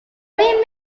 rim